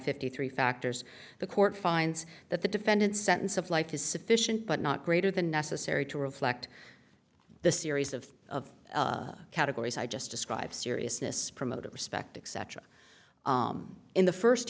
fifty three factors the court finds that the defendant sentence of life is sufficient but not greater than necessary to reflect the series of of categories i just described seriousness promoted respect except in the first